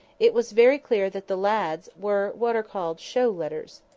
it was very clear that the lad's were what are called show letters.